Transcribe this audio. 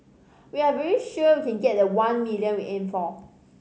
we are very sure we can get the one million we aimed for